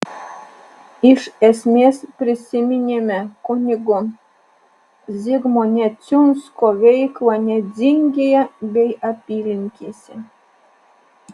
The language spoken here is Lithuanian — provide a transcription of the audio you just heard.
iš esmės prisiminėme kunigo zigmo neciunsko veiklą nedzingėje bei apylinkėse